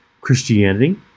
Christianity